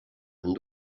amb